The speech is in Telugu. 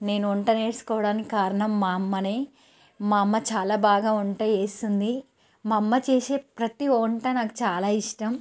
నేను వంట నేర్చుకోవడానికి కారణం మా అమ్మనే మా అమ్మ చాలా బాగా వంట చేస్తుంది మా అమ్మ చేసే ప్రతి వంట నాకు చాలా ఇష్టం